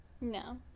No